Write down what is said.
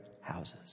houses